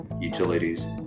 utilities